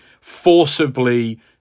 forcibly